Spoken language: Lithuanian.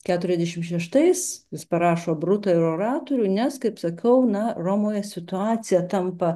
keturiasdešimt šeštais jis parašo brutą ir oratorių nes kaip sakau na romoje situacija tampa